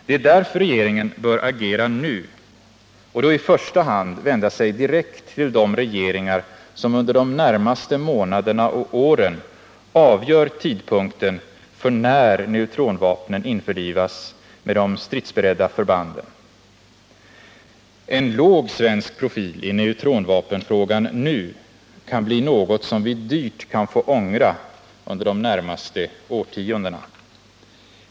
Det är därför regeringen bör agera nu och då i första hand vända sig direkt till de regeringar som under de närmaste månaderna och åren avgör tidpunkten för när neutronvapnen införlivas med de stridsberedda förbanden. En låg svensk profil i neutronvapenfrågan kan bli något som vi djupt kan få ångra under de närmaste årtiondena.